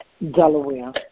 Delaware